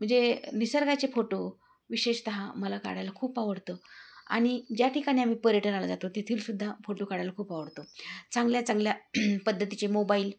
म्हणजे निसर्गाचे फोटो विशेषतः मला काढायला खूप आवडतो आणि ज्या ठिकाणी आम्ही पर्यटनाला जातो तेथीलसुद्धा फोटो काढायला खूप आवडतो चांगल्या चांगल्या पद्धतीचे मोबाईल